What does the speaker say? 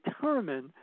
determine